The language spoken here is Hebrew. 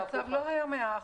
המצב לא היה 100%,